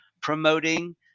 promoting